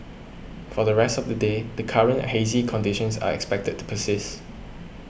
for the rest of the day the current hazy conditions are expected to persist